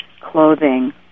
clothing